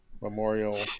Memorial